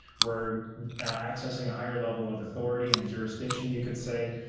we're accessing a higher level of authority and jurisdiction, you can say,